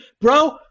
bro